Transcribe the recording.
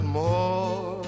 more